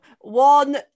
one